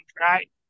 right